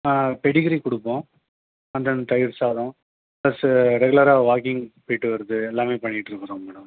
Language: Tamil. ஆ பெடிகிரி கொடுப்போம் அண்ட் தென் தயிர் சாதம் ப்ளஸ்ஸு ரெகுலராக வாக்கிங் போய்விட்டு வருது எல்லாமே பண்ணிகிட்டு இருக்கிறோம் மேடம்